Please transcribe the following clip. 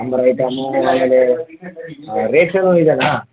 sambar item ಆಮೇಲೆ ರೇಟೂ ಇದೇನಾ